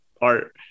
art